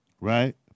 Right